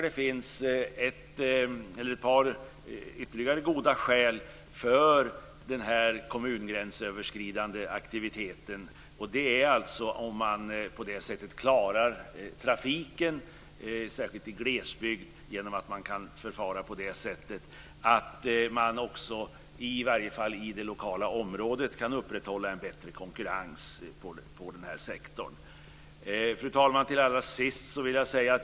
Det finns ett par ytterligare goda skäl för den gränsöverskridande kommunaktiviteten, nämligen om trafiken klaras särskilt i glesbygd genom att i det lokala området upprätthålla en bättre konkurrens inom sektorn. Fru talman!